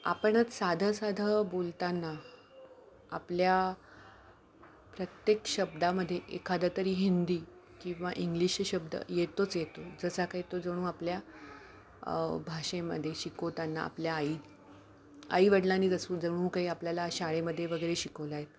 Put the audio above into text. आपणच साधं साधं बोलताना आपल्या प्रत्येक शब्दामध्ये एखादं तरी हिंदी किंवा इंग्लिश शब्द येतोच येतो जसा काही तो जणू आपल्या भाषेमध्ये शिकवताना आपल्या आई आई वडिलांनीच जणू जणू काही आपल्याला शाळेमध्ये वगैरे शिकवला आहे